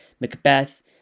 Macbeth